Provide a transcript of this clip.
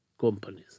companies